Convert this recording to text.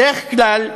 בדרך כלל,